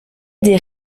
des